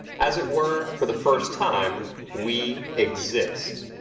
as it were, for the first time, we exist.